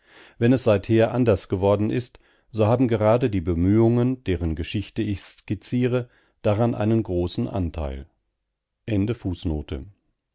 wenn es seither anders geworden ist so haben gerade die bemühungen deren geschichte ich skizziere daran einen großen anteil